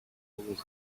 was